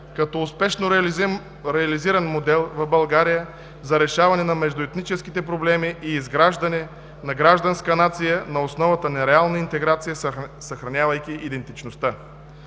като успешно реализиран модел в България за решаване на междуетническите проблеми и изграждане на гражданска нация на основата на реална интеграция, съхранявайки идентичността.